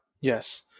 Yes